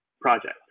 project